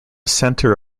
center